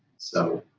so